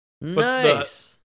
Nice